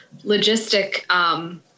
logistic